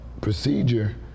procedure